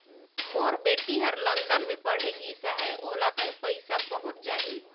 मोर बेटी हर लंदन मे पढ़े गिस हय, ओला पइसा पहुंच जाहि?